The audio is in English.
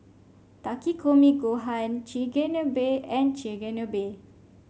Takikomi Gohan Chigenabe and Chigenabe